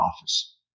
office